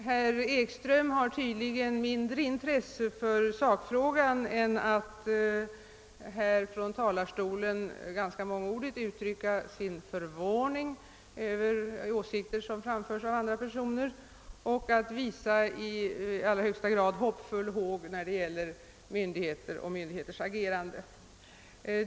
Herr talman! Herr Ekström har tydligen mindre intresse för sakfrågan än för att mångordigt uttrycka sin förvåning över åsikter som framförs av andra personer och visa i allra högsta grad hoppfull håg när det gäller myndigheter och myndigheters agerande.